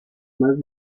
más